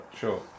sure